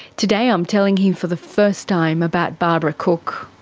today i'm telling him for the first time about barbara cook.